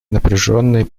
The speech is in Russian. напряженные